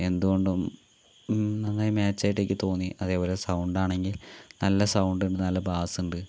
എന്തുകൊണ്ടും നന്നായി മാച്ച് ആയിട്ട് എനിക്ക് തോന്നി അതേപോലെ സൗണ്ട് ആണെങ്കിൽ നല്ല സൗണ്ടും നല്ല ബാസ് ഉണ്ട്